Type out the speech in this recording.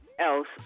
else